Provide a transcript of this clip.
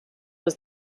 was